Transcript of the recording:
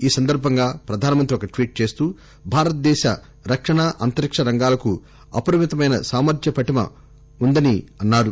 ఈ సందర్బంగా ప్రధానమంత్రి ఒక ట్వీట్ చేస్తూ భారతదేశం రక్షణ అంతరిక్ష రంగాలకు అపరిమితమైన సామర్ధ్య పఠిమను అందిస్తోందని అన్నారు